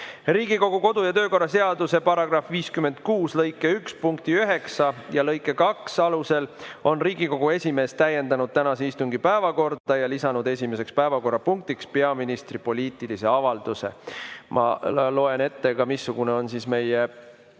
Riigikogu kodu- ja töökorra seaduse § 56 lõike 1 punkti 9 ja lõike 2 alusel on Riigikogu esimees täiendanud tänase istungi päevakorda ja lisanud esimeseks päevakorrapunktiks peaministri poliitilise avalduse. Ma loen ette, missugune on meie